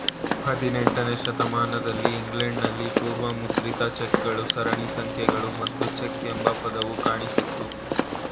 ಹದಿನೆಂಟನೇ ಶತಮಾನದಲ್ಲಿ ಇಂಗ್ಲೆಂಡ್ ನಲ್ಲಿ ಪೂರ್ವ ಮುದ್ರಿತ ಚೆಕ್ ಗಳು ಸರಣಿ ಸಂಖ್ಯೆಗಳು ಮತ್ತು ಚೆಕ್ ಎಂಬ ಪದವು ಕಾಣಿಸಿತ್ತು